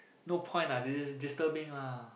no point lah dis~ disturbing lah